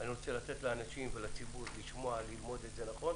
אני רוצה לתת לציבור לשמוע וללמוד את החוק,